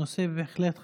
נושא בהחלט חשוב.